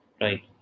Right